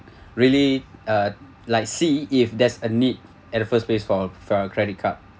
really uh like see if there's a need at the first place for for a credit card